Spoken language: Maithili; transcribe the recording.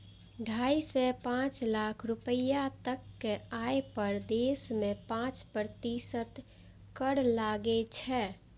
ढाइ सं पांच लाख रुपैया तक के आय पर देश मे पांच प्रतिशत कर लागै छै